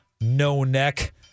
no-neck